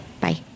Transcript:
Bye